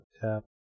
Tap